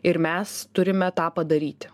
ir mes turime tą padaryti